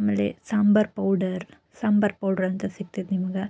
ಆಮೇಲೆ ಸಾಂಬಾರ್ ಪೌಡರ್ ಸಾಂಬಾರ್ ಪೌಡ್ರಂತ ಸಿಕ್ತತೆ ನಿಮ್ಗೆ